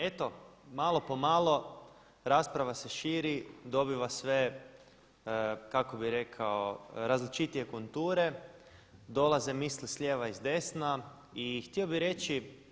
Eto malo po malo rasprava se širi, dobiva sve kako bih rekao različitije konture, dolaze misli s lijeva i s desna i htio bih reći.